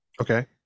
Okay